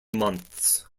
months